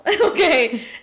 Okay